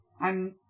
I'm-